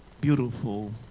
beautiful